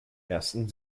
ersten